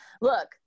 look